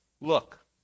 look